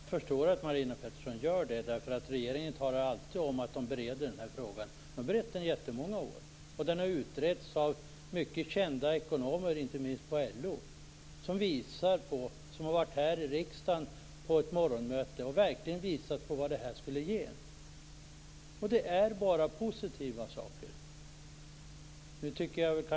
Fru talman! Jag förstår att Marina Pettersson gör det. Regeringen säger alltid att man bereder den här frågan. Det har man gjort i jättemånga år. Och frågan har utretts av mycket kända ekonomer, inte minst från LO. De har varit här i Riksdagshuset på ett morgonmöte och visat på vad detta skulle ge. Det är bara positiva saker.